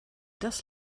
das